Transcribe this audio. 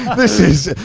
this is,